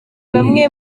bamwe